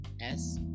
S-